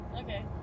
Okay